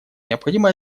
необходимо